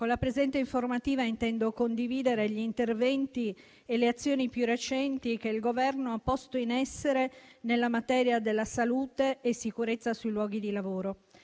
Con la presente informativa intendo condividere gli interventi e le azioni più recenti che il Governo ha posto in essere in materia di salute e sicurezza sui luoghi di lavoro.